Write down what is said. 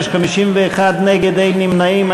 בעד, 25, 51 נגד, אין נמנעים.